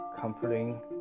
comforting